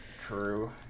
True